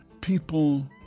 people